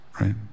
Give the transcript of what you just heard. Right